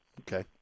Okay